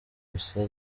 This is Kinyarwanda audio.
gusa